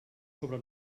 sobre